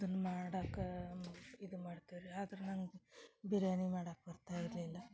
ಅದನ್ನ ಮಾಡಾಕಾ ಇದು ಮಾಡ್ತಿವೆ ರೀ ಅದರೂ ನಂಗೆ ಬಿರಿಯಾನಿ ಮಾಡಾಕೆ ಬರ್ತಾ ಇರಲಿಲ್ಲ